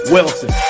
Wilson